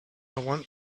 want